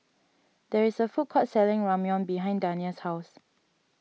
there is a food court selling Ramyeon behind Dania's house